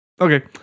Okay